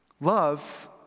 Love